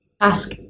ask